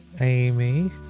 Amy